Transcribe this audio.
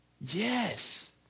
Yes